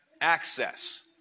access